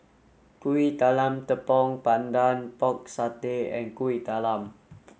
Kuih Talam Tepong Pandan Pork Satay and Kueh Talam